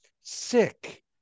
sick